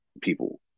people